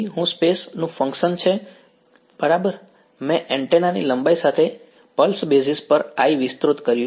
હું સ્પેસ નું ફંક્શન છે બરાબર મેં એન્ટેના ની લંબાઈ સાથે પલ્સ બેસિસ પર I વિસ્તૃત કર્યું છે